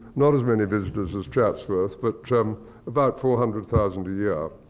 not as many visitors as chatsworth, but about four hundred thousand a year.